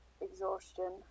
exhaustion